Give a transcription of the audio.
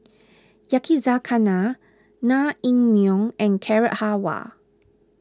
Yakizakana Naengmyeon and Carrot Halwa